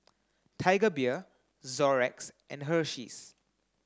Tiger Beer Xorex and Hersheys